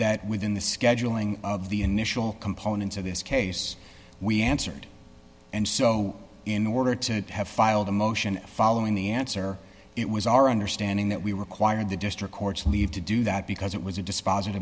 that within the scheduling of the initial components of this case we answered and so in order to have filed a motion following the answer it was our understanding that we required the district court's leave to do that because it was a